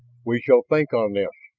we shall think on this,